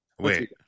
Wait